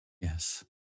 Yes